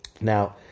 Now